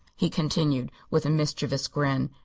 he continued, with a mischievous grin.